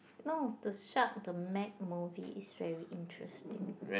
no the shark the mag movie is very interesting